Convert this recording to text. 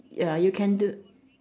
ya you can do